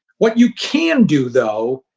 what you can do, though,